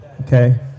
Okay